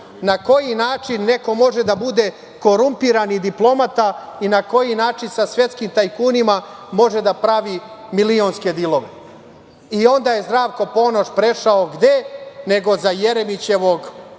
na koji način neko može da bude korumpirani diplomata i na koji način sa svetskim tajkunima može da pravi milionske dilove. Onda je Zdravko Ponoš prešao gde, nego za Jeremićevog